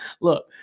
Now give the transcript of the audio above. Look